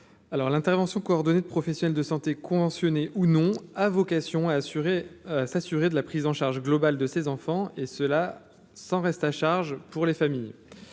l'intervention coordonnée de professionnels de santé conventionné ou non à vocation a assuré s'assurer de la prise en charge globale de ses enfants, et cela sans reste à charge pour les familles,